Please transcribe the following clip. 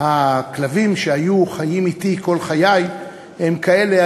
הכלבים שחיו אתי כל חיי הם כאלה,